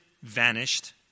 vanished